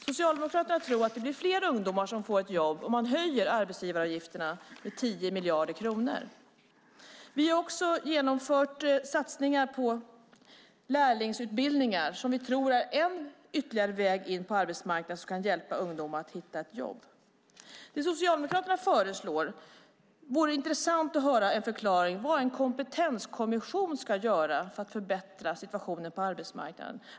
Socialdemokraterna tror att det blir fler ungdomar som får ett jobb om man höjer arbetsgivaravgifterna med 10 miljarder kronor. Vi har genomfört satsningar på lärlingsutbildningar, som vi tror är ytterligare en väg in på arbetsmarknaden som kan hjälpa ungdomar att hitta ett jobb. Det som Socialdemokraterna föreslår är kompetenskommission. Det vore intressant att höra en förklaring vad en kompetenskommission ska göra för att förbättra situationen på arbetsmarknaden.